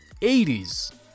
80s